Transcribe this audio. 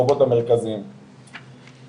גיזום עצים וכמובן הסברה לאוכלוסייה,